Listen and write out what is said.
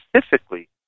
specifically